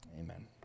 Amen